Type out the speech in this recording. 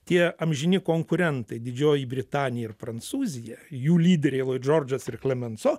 tie amžini konkurentai didžioji britanija ir prancūzija jų lyderiai džordžas ir klemenso